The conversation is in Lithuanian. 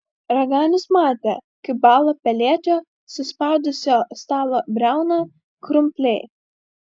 raganius matė kaip bąla pelėkio suspaudusio stalo briauną krumpliai